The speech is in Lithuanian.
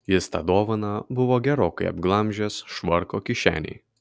jis tą dovaną buvo gerokai apglamžęs švarko kišenėj